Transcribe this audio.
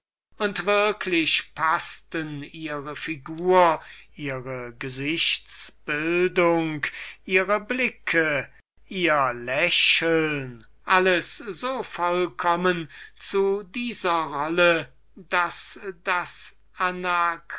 und würklich paßten ihre figur ihre gesichtsbildung ihre blicke ihr lächeln alles so vollkommen zu dieser rolle daß das